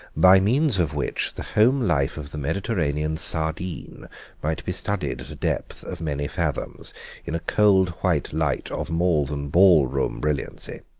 by means of which the home-life of the mediterranean sardine might be studied at a depth of many fathoms in a cold white light of more than ball-room brilliancy.